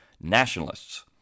nationalists